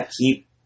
keep